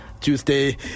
Tuesday